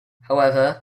however